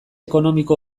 ekonomiko